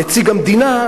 נציג המדינה,